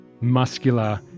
muscular